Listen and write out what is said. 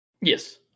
Yes